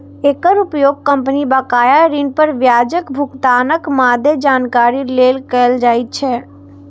एकर उपयोग कंपनी बकाया ऋण पर ब्याजक भुगतानक मादे जानकारी लेल कैल जाइ छै